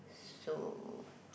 so